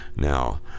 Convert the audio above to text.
Now